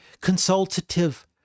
consultative